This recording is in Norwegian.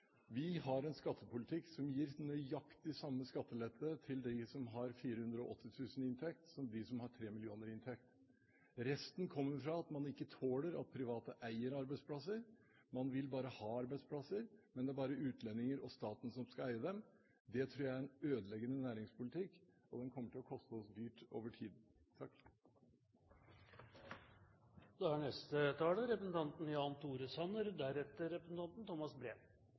Vi har en skattepolitikk som gir nøyaktig samme skattelette til dem som har 480 000 kr i inntekt som til dem som har 3 mill. kr i inntekt. Resten kommer fra formue. Man tåler ikke at private eier arbeidsplasser – man vil ha arbeidsplasser, men det er bare utlendinger og staten som skal eie dem. Det tror jeg er en ødeleggende næringspolitikk, og den kommer til å koste oss dyrt over tid. Denne debatten har dreid seg om hvem som skal avløse den rød-grønne regjeringen i 2013. Det er